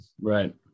Right